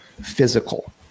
physical